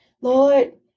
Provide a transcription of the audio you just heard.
Lord